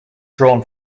drawn